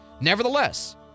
Nevertheless